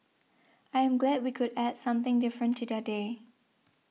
I am glad we could add something different to their day